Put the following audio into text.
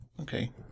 Okay